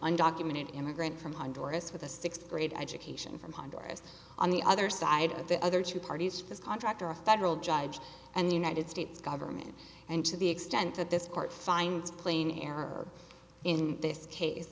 undocumented immigrant from honduras with a sixth grade education from honduras on the other side of the other two parties for the contractor a federal judge and the united states government and to the extent that this court finds plain error in this case